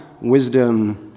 wisdom